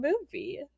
movie